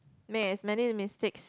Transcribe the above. make as many mistakes